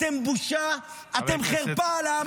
אתם בושה, אתם חרפה לעם הזה.